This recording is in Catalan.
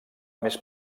més